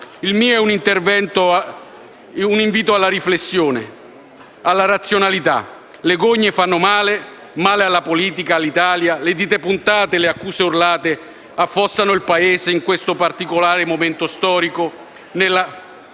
Il mio è un invito alla riflessione e alla razionalità. Le gogne fanno male alla politica e all'Italia. Le dita puntate e le accuse urlate affossano il Paese, e in questo particolare momento storico